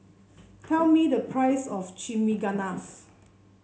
tell me the price of Chimichangas